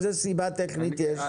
איזו סיבה טכנית יש?